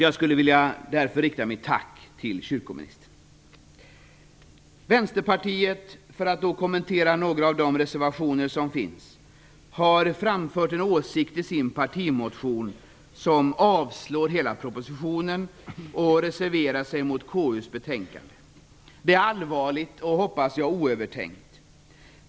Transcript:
Jag skulle därför vilja rikta ett tack till kyrkoministern. Jag vill kommentera några av de reservationer som finns. Vänsterpartiet har framfört en åsikt i sin partimotion som innebär avslag av hela propositionen, och man har reserverat sig mot KU:s betänkande. Det är allvarligt och, hoppas jag, oövertänkt.